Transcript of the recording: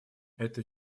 это